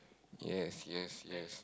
yes yes yes